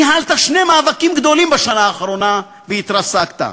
ניהלת שני מאבקים גדולים בשנה האחרונה, והתרסקת.